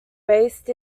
based